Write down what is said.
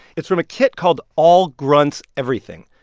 it's from a kit called all grunts everything.